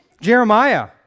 Jeremiah